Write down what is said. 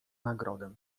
nagrodę